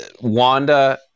Wanda